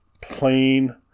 plain